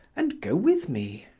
and go with me.